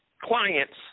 clients